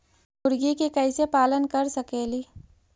मुर्गि के कैसे पालन कर सकेली?